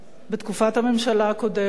בתקופת הממשלה הקודמת,